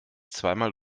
zweimal